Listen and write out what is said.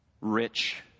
rich